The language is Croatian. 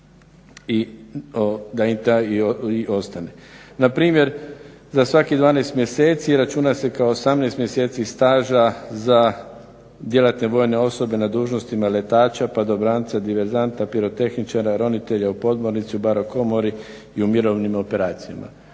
radni staž ostane. Npr. za svaki 12 mjeseci računa se kao 18 mjeseci staža za djelatne vojne osobe na dužnostima letača, padobranca, diverzanta, pirotehničara, ronitelja u podmornici u baro komori i u mirovnim operacijama.